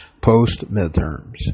post-midterms